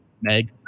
Meg